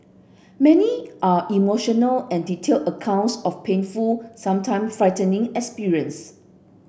many are emotional and detailed accounts of painful sometime frightening experience